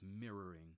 mirroring